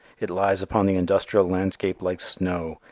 it lies upon the industrial landscape like snow,